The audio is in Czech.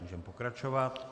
Můžeme pokračovat.